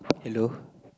hello